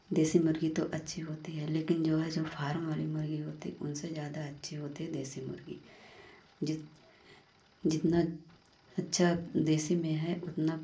देसी मुर्ग़ी तो अच्छी होती है लेकिन जो है जो फारम वाली मुर्ग़ी होती है उनसे ज़्यादा अच्छी होती हैं देसी मुर्ग़ी जि जितना अच्छी देसी में है उतनी